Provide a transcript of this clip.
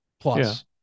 plus